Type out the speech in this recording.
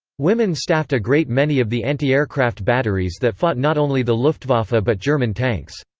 women staffed a great many of the anti-aircraft batteries that fought not only the luftwaffe ah but german tanks.